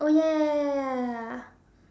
oh ya ya ya ya ya ya ya